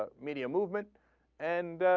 ah media movement and ah.